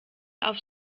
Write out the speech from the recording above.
auf